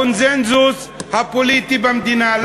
לקונסנזוס הפוליטי במדינה?